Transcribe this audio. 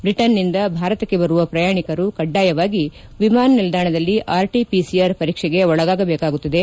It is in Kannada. ಬ್ರಿಟನ್ ನಿಂದ ಭಾರತಕ್ಕೆ ಬರುವ ಪ್ರಯಾಣಿಕರು ಕಡ್ಡಾಯವಾಗಿ ವಿಮಾನ ನಿಲ್ಲಾಣದಲ್ಲಿ ಆರ್ಟಿಪಿಸಿಆರ್ ಪರೀಕ್ಷೆಗೆ ಒಳಗಾಗಬೇಕಾಗುತ್ತದೆ